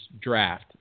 draft